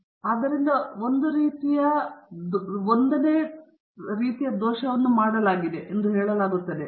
ಆದ್ದರಿಂದ ಒಂದು ರೀತಿಯ I ದೋಷವನ್ನು ಮಾಡಲಾಗುವುದು ಎಂದು ಹೇಳಲಾಗುತ್ತದೆ